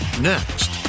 next